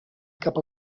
cap